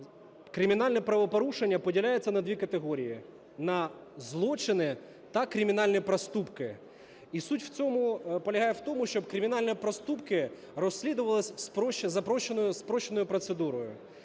кримінальне правопорушення поділяється на 2 категорії: на злочини та кримінальні проступки. І суть полягає в тому, щоб кримінальні проступки розслідувались за спрощеною процедурою.